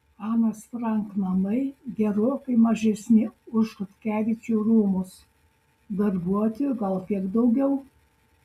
anos frank namai gerokai mažesni už chodkevičių rūmus darbuotojų gal kiek daugiau